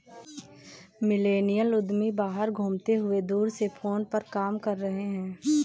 millennial उद्यमी बाहर घूमते हुए दूर से फोन पर काम कर रहे हैं